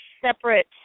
separate